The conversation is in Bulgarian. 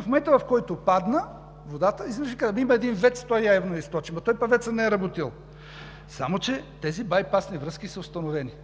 в момента, в който падна водата, изведнъж се вика: абе има един ВЕЦ – той явно я източи. Ами той пък ВЕЦ-ът не е работил. Само че тези байпасни връзки са установени,